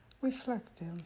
reflective